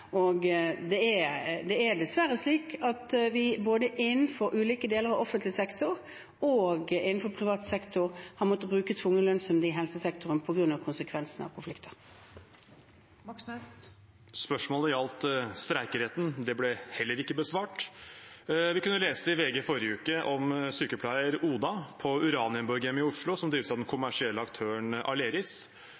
og det er dessverre slik at vi både innenfor ulike deler av offentlig sektor og innenfor privat sektor har måttet bruke tvungen lønnsnemnd i helsesektoren på grunn av konsekvensene av konflikter. Bjørnar Moxnes – til oppfølgingsspørsmål. Spørsmålet gjaldt streikeretten – det ble heller ikke besvart. Vi kunne lese i VG forrige uke om sykepleier Oda på Uranienborghjemmet i Oslo, som drives av den